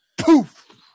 poof